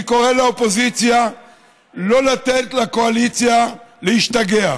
אני קורא לאופוזיציה לא לתת לקואליציה להשתגע,